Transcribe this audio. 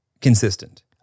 consistent